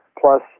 Plus